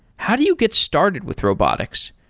how do you get started with robotics?